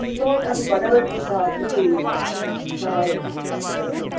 श्लोकं भगवद्गीता अपि